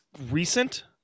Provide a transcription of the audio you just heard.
recent